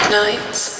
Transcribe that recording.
nights